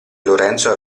lorenzo